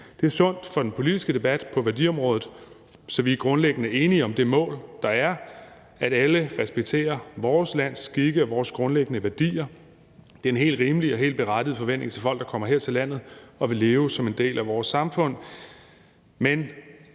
Det er sundt for den politiske debat på værdiområdet. Så vi er grundlæggende enige om det mål, der er, at alle respekterer vores lands skikke og vores grundlæggende værdier. Det er en helt rimelig og helt berettiget forventning til folk, der kommer her til landet og vil leve som en del af vores samfund.